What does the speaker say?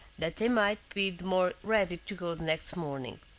that they might be the more ready to go the next morning.